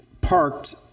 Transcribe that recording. parked